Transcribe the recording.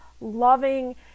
loving